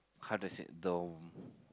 how to sit dome